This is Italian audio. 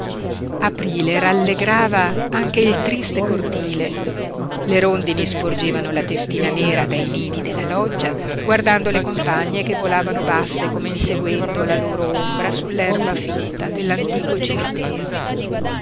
aprile rallegrava anche il triste cortile le rondini sporgevano la testina nera dai nidi della loggia guardando le compagne che volavano basse come inseguendo la loro ombra sull'erba fitta dell'antico cimitero